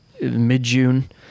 mid-June